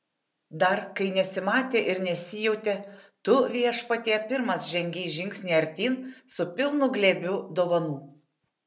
dar kai nesimatė ir nesijautė tu viešpatie pirmas žengei žingsnį artyn su pilnu glėbiu dovanų